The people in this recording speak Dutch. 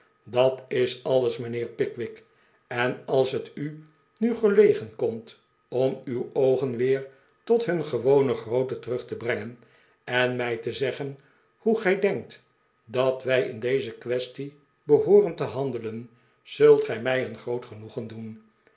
dat is alles mijnheer pickwick en als het u nu gelegen komt om uw oogen weer tot hun gewone grootte terug te brengen en mij te zeggen hoe gij denkt dat wij in deze kwestie behooren te handelen zult gij mij een groot genoegen doen